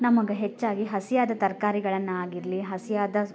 ನಮಗೆ ಹೆಚ್ಚಾಗಿ ಹಸಿಯಾದ ತರ್ಕಾರಿಗಳನ್ನಾಗಿರಲಿ ಹಸಿಯಾದ